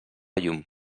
llum